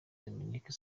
dominique